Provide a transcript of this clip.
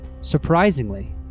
Surprisingly